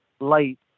light